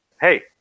hey